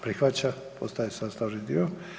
Prihvaća, postaje sastavni dio.